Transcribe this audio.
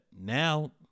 Now